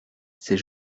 ces